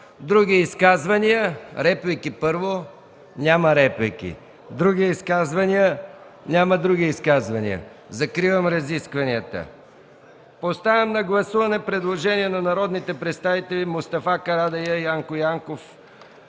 Атанасова. Реплики? Няма реплики. Други изказвания? Няма други изказвания. Закривам разискванията. Поставям на гласуване предложението на народните представители Мустафа Карадайъ, Янко Янков,